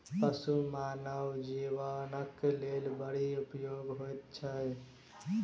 पशु मानव जीवनक लेल बड़ उपयोगी होइत छै